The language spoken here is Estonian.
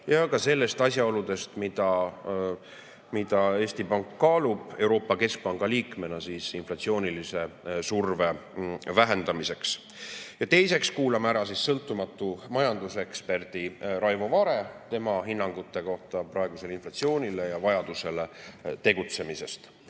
ja ka asjaoludest, mida Eesti Pank kaalub Euroopa Keskpanga liikmena inflatsioonisurve vähendamiseks. Teiseks kuulame ära sõltumatu majanduseksperdi Raivo Vare, tema hinnangud praegusele inflatsioonile ja vajadusele tegutseda.